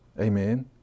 Amen